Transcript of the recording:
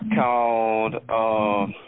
called